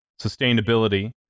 sustainability